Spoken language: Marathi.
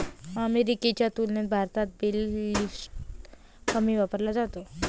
अमेरिकेच्या तुलनेत भारतात बेल लिफ्टर्स कमी वापरले जातात